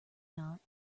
not